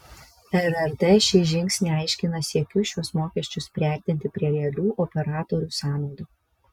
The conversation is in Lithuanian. rrt šį žingsnį aiškina siekiu šiuos mokesčius priartinti prie realių operatorių sąnaudų